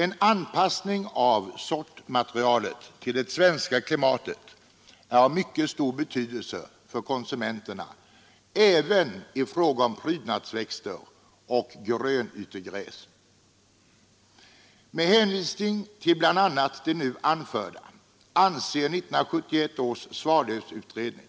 En anpassning av sortmaterialet till det svenska klimatet är av mycket stor betydelse för konsumenterna även i fråga om prydnadsväxter och grönytegräs. Med hänvisning till 1971 års Svallövsutredning anser